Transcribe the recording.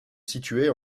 situait